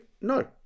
No